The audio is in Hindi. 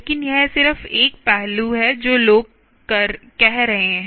लेकिन यह सिर्फ एक पहलू है जो लोग कह रहे हैं